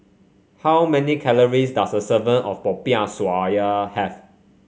how many calories does a of Popiah Sayur have